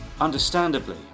Understandably